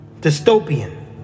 Dystopian